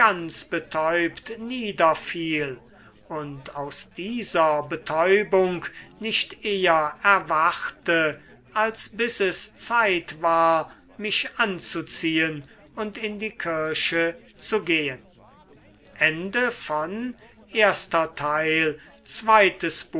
betäubt niederfiel und aus dieser betäubung nicht eher erwachte als bis es zeit war mich anzuziehen und in die kirche zu gehen